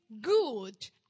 good